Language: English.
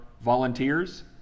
volunteers